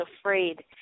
afraid